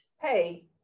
hey